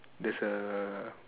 there's a